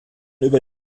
über